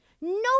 No